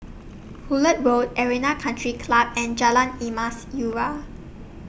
Hullet Road Arena Country Club and Jalan Emas Urai